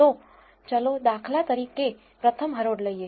તો ચાલો દાખલા તરીકે પ્રથમ હરોળ લઈએ